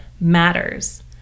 matters